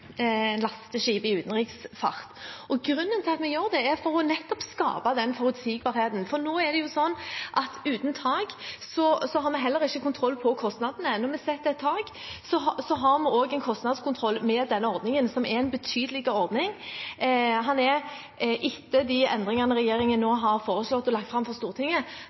i utenriksfart. Grunnen til at vi gjør det, er nettopp for å skape forutsigbarhet, for nå er det sånn at uten tak har vi heller ikke kontroll på kostnadene. Når vi setter et tak, har vi også en kostnadskontroll med denne ordningen, som er en betydelig ordning. Den er, etter de endringene regjeringen nå har foreslått og lagt fram for Stortinget,